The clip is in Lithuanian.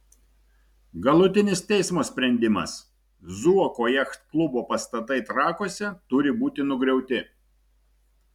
galutinis teismo sprendimas zuoko jachtklubo pastatai trakuose turi būti nugriauti